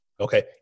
Okay